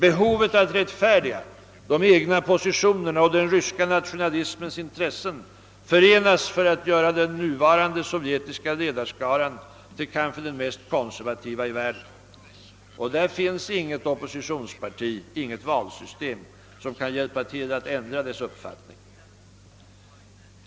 Behovet av att rättfärdiga de egna positionerna och den ryska nationalismens intressen förenas för att göra den nuvarande sovjetiska ledarskaran till kanske den mest konservativa i världen. Och där finns inget oppositionsparti, inget valsystem som kan hjälpa till att ändra dess uppfattning.